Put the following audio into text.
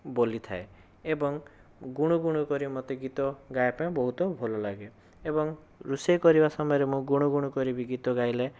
ବୋଲି ଥାଏ ଏବଂ ଗୁଣୁ ଗୁଣୁ କରି ମୋତେ ଗୀତ ଗାଇବା ପାଇଁ ବହୁତ ଭଲ ଲାଗେ ଏବଂ ରୋଷେଇ କରିବା ସମୟରେ ମୁଁ ଗୁଣୁ ଗୁଣୁ କରି ବି କରି ଗୀତ ଗାଇଲେ